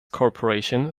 corporation